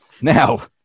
Now